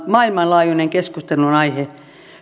maailmanlaajuinen keskustelunaihe